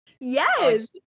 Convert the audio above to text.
yes